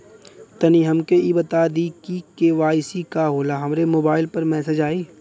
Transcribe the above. तनि हमके इ बता दीं की के.वाइ.सी का होला हमरे मोबाइल पर मैसेज आई?